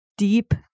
deep